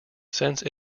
since